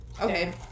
Okay